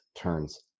turns